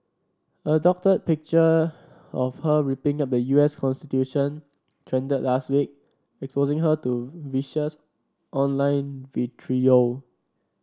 a doctored picture of her ripping up the U S constitution trended last week exposing her to vicious online vitriol